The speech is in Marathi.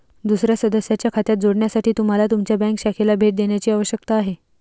दुसर्या सदस्याच्या खात्यात जोडण्यासाठी तुम्हाला तुमच्या बँक शाखेला भेट देण्याची आवश्यकता आहे